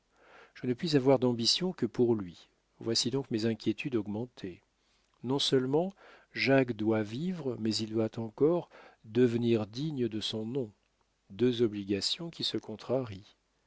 je ne puis avoir d'ambition que pour lui voici donc mes inquiétudes augmentées non-seulement jacques doit vivre mais il doit encore devenir digne de son nom deux obligations qui se contrarient